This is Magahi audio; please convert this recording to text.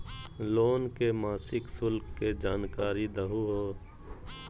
लोन के मासिक शुल्क के जानकारी दहु हो?